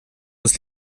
uns